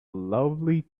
lovely